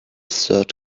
third